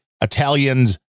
Italians